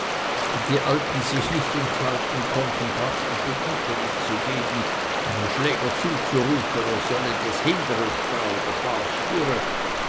die alten sich nicht enthalten konnten praktischen unterricht zu geben einem schläger zuzurufen er solle bas hingere stah oder bas